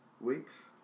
weeks